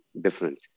different